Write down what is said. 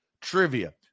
trivia